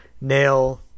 nail